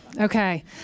Okay